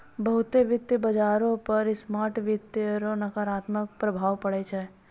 बहुते वित्त बाजारो पर शार्ट वित्त रो नकारात्मक प्रभाव पड़ै छै